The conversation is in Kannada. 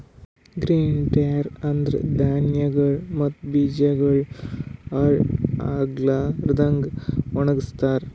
ಗ್ರೇನ್ ಡ್ರ್ಯೆರ ಅಂದುರ್ ಧಾನ್ಯಗೊಳ್ ಮತ್ತ ಬೀಜಗೊಳ್ ಹಾಳ್ ಆಗ್ಲಾರದಂಗ್ ಒಣಗಸ್ತಾರ್